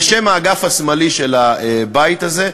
בשם האגף השמאלי של הבית הזה,